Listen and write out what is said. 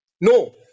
No